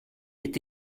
est